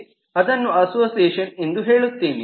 ಅದನ್ನು ಅಸೋಸಿಯೇಷನ್ ಎಂದು ಹೇಳುತ್ತೇನೆ